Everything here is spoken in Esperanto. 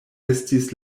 estis